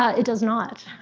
it does not.